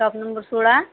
shop number सोळा